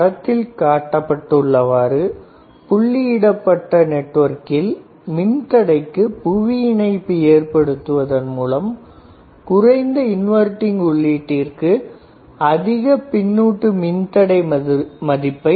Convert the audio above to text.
படத்தில் காட்டப்பட்டுள்ளவாறு புள்ளி இடப்பட்டுள்ள நெட்வொர்க்கில் மின் தடைக்கு புவி இணைப்பு ஏற்படுத்துவதன் மூலம் குறைந்த இன்வெர்ட்டிங் உள்ளீட்டிற்கு அதிக பின்னுட்டு மின்தடை மதிப்பை பெற முடியும்